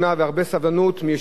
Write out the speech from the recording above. כולם מודים לאחרים,